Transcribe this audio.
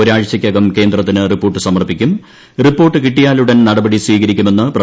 ഒരാഴ്ചക്കകം കേന്ദ്രത്തിന് റിപ്പോർട്ട് സമർപ്പിക്കും റിപ്പോർട്ട് കിട്ടിയാൽ ഉടൻ നടപടി സ്വീകരിക്കുമെന്ന് പ്രധാനമന്ത്രി